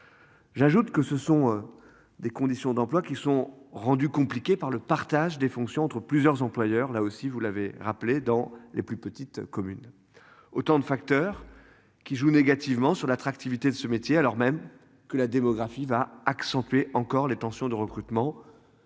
J'ajoute que ce sont. Des conditions d'emploi qui sont rendues compliquées par le partage des fonctions entre plusieurs employeurs, là aussi vous l'avez rappelé dans les plus petites communes. Autant de facteurs. Qui jouent négativement sur l'attractivité de ce métier, alors même que la démographie va accentuer encore les tensions de recrutement.